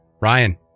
Ryan